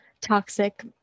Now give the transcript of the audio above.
toxic